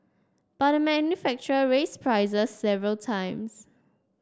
but the manufacturer raised prices several times